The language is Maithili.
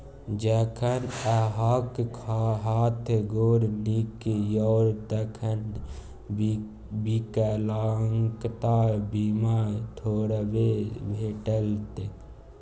जखन अहाँक हाथ गोर नीक यै तखन विकलांगता बीमा थोड़बे भेटत?